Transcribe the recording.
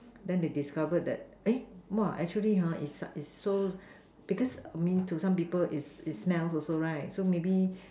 then they discovered that actually is is so because I mean to some people is is smell also right so maybe